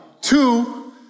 Two